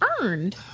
earned